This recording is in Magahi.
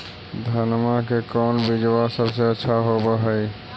धनमा के कौन बिजबा सबसे अच्छा होव है?